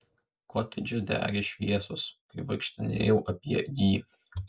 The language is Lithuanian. kotedže degė šviesos kai vaikštinėjau apie jį